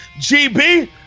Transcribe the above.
GB